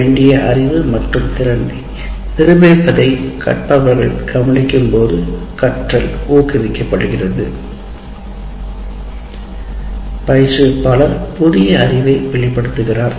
கற்க வேண்டிய அறிவு மற்றும் திறனை நிரூபிப்பதை கற்பவர்கள் கவனிக்கும்போது கற்றல் ஊக்குவிக்கப்படுகிறது பயிற்றுவிப்பாளர் புதிய அறிவை வெளிப்படுத்துகிறார்